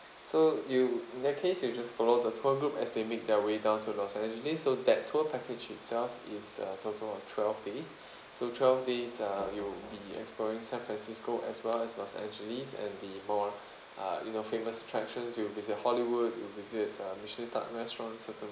so you in that case you just follow the tour group as they make their way down to los angeles so that tour package itself is a total of twelve days so twelve days uh you'll be exploring san francisco as well as los angeles and the more uh you know famous attractions you'll visit hollywood you'll visit a michelin starred restaurant certain